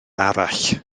arall